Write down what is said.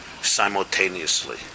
Simultaneously